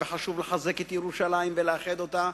וחשוב לחזק את ירושלים ולאחד אותה,